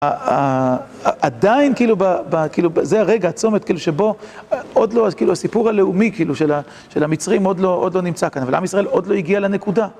עדיין כאילו, זה הרגע הצומת כאילו שבו עוד לא, הסיפור הלאומי כאילו של המצרים עוד לא נמצא כאן, אבל עם ישראל עוד לא הגיע לנקודה.